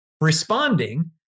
responding